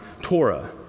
Torah